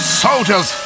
soldiers